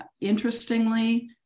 interestingly